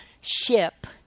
ship